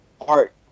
art